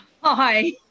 Hi